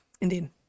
Indeed